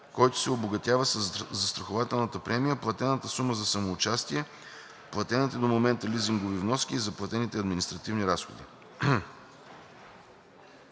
който се обогатява със застрахователната премия, платената сума за самоучастие, платените до момента лизингови вноски и заплатените административни разходи.